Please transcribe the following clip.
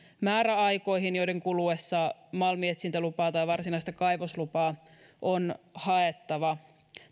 määräaikoihin joiden kuluessa malminetsintälupaa tai varsinaista kaivoslupaa on haettava